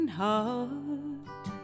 heart